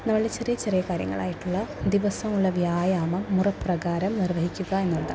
നമ്മൾ ചെറിയ ചെറിയ കാര്യങ്ങളായിട്ടുള്ള ദിവസങ്ങളുടെ വ്യായാമം മുറപ്രകാരം നിർവ്വഹിക്കുക എന്നതാണ്